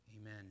Amen